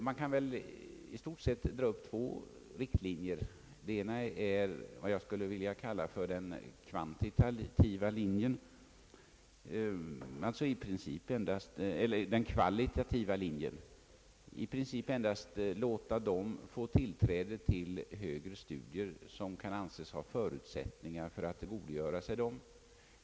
Man kan väl här i stort sett dra upp två riktlinjer. Den ena är vad jag skulle vilja kalla för den kvalitativa linjen, nämligen att i princip endast låta den få tillträde till högre studier, som kan anses ha förutsättningar att tillgodogöra sig dem.